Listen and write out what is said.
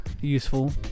useful